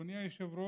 אדוני היושב-ראש,